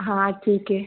हाँ ठीक है